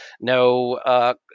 no